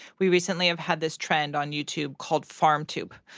we recently have had this trend on youtube called farmtube,